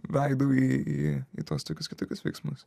veidu į į tuos tokius kitokius veiksmus